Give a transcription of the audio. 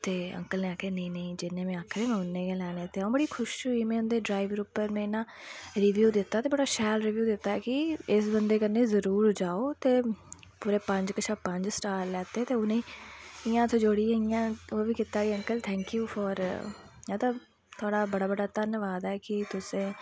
ते अंकल नै आक्खेआ नेईं नेईं जिन्ने बी आक्खे दे ते में उन्ने गै लैने ते में बड़ी खुश होई ते में उंदे डरैबर उप्पर ना रिव्यू दित्ता ते बड़ा शैल रिव्यू दित्ता की इस बंदे कन्नै जरूर जाओ ते ते मेरे कशा पंज चा पंज स्टार लैते ते उनें ई इंया हत्थ जोड़ियै इंया कीता कि अंकल थैंक्यू फॉर की थुआढ़ा बड़ा बड़ा धन्नबाद ऐ की तुसें